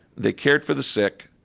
they cared for the sick.